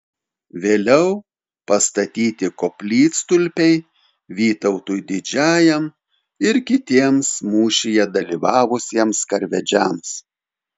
vėliau pastatyti koplytstulpiai vytautui didžiajam ir kitiems mūšyje dalyvavusiems karvedžiams